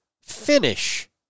finish